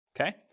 okay